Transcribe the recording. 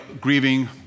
grieving